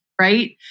right